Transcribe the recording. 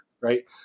right